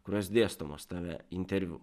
kurios dėstomos tame interviu